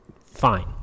Fine